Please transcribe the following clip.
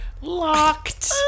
locked